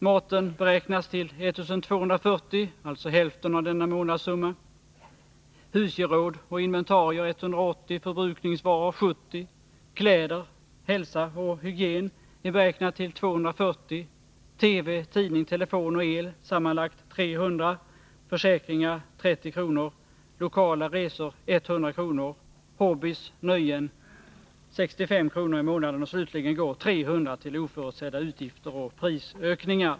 Maten beräknas till 1 240, alltså hälften av denna månadssumma, husgeråd och inventarier 180, förbrukningsvaror 70, kläder, hälsa och hygien är beräknat till 240, TV, tidning, telefon och el sammanlagt 300, försäkringar 30 kr., lokala resor 100 kr., hobbies och nöjen 65 kr. i månaden, och slutligen går 300 till oförutsedda utgifter och prisökningar.